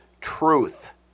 truth